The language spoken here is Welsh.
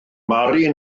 mary